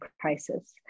crisis